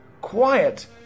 quiet